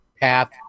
path